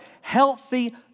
healthy